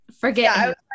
forget